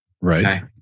right